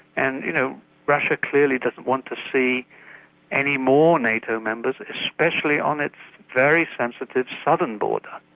and you know russia clearly doesn't want to see any more nato members especially on its very sensitive southern border,